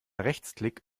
rechtsklick